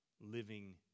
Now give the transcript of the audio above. living